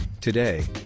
Today